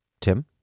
Tim